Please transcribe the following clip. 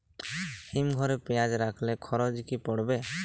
হিম ঘরে পেঁয়াজ রাখলে খরচ কি পড়বে?